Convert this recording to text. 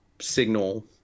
signal –